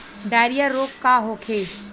Diarrhoea रोग का होखे?